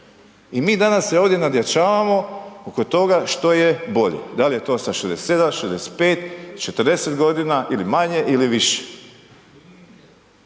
I mi danas se ovdje nadjačavamo oko toga što je bolje, da li je to sa 67, 65,sa 40 g. ili manje ili više.